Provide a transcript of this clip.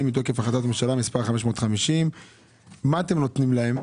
מתוקף החלטת ממשלה מספר 550. מה אתם נותנים להם?